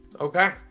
Okay